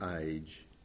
age